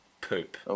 Poop